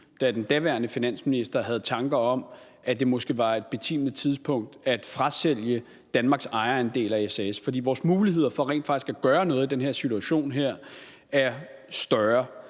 da den daværende finansminister havde tanker om, at det måske var et betimeligt tidspunkt at frasælge Danmarks ejerandel af SAS. For det gør vores muligheder for rent faktisk at gøre noget i den her situation større.